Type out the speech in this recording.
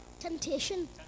temptation